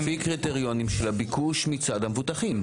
לפי קריטריונים של הביקוש מצד המבוטחים.